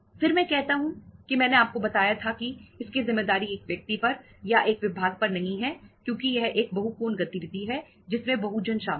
फिर मैं कहता हूं कि मैंने आपको बताया था कि इसकी जिम्मेदारी एक व्यक्ति पर या एक विभाग पर नहीं है क्योंकि यह एक बहूकोण गतिविधि है जिसमें बहुजन शामिल है